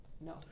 No